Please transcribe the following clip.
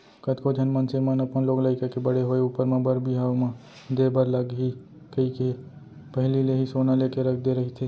कतको झन मनसे मन अपन लोग लइका के बड़े होय ऊपर म बर बिहाव म देय बर लगही कहिके पहिली ले ही सोना लेके रख दे रहिथे